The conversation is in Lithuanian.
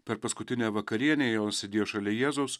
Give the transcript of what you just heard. per paskutinę vakarienę jonas sėdėjo šalia jėzaus